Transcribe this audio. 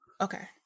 Okay